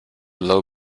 low